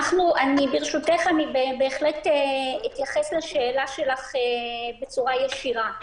ברשותך, אני בהחלט אתייחס לשאלה שלך בצורה ישירה.